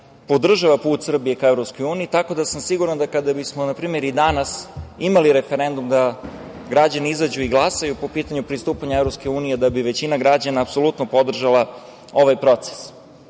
podržava put Srbije ka EU, tako da sam siguran, kada bismo i danas imali referendum, da građani izađu i glasaju po pitanju pristupanja EU, da bi većina građana apsolutno podržala ovaj proces.